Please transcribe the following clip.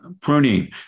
pruning